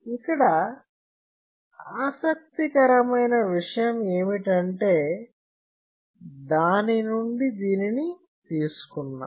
ఇక్కడ ఆసక్తికరమైన విషయం ఏమిటంటే దాని నుండి దీనిని తీసుకున్నాం